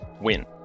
Win